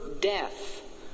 death